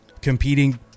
competing